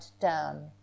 down